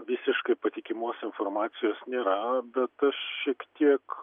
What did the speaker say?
visiškai patikimos informacijos nėra bet aš šiek tiek